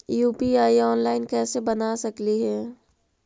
UPI online कैसे बना सकली हे?